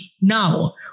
now